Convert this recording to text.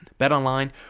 BetOnline